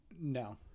No